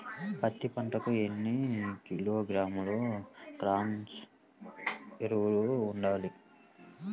పత్తి పంటకు ఎన్ని కిలోగ్రాముల కాంప్లెక్స్ ఎరువులు వాడాలి?